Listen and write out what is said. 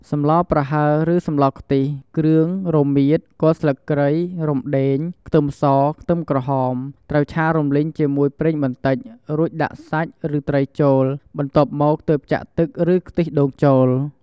សម្លប្រហើរឬសម្លខ្ទិះ គ្រឿង (រមៀត គល់ស្លឹកគ្រៃ រំដេង ខ្ទឹមស ខ្ទឹមក្រហម) ត្រូវឆារំលីងជាមួយប្រេងបន្តិច រួចដាក់សាច់ ឬត្រីចូល បន្ទាប់មកទើបចាក់ទឹក ឬខ្ទិះដូងចូល។